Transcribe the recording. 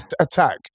attack